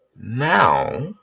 now